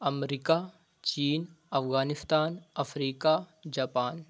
امریکا چین افغانستان افریقہ جاپان